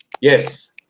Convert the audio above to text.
Yes